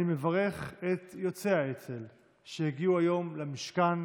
אני מברך את יוצאי האצ"ל שהגיעו היום למשכן,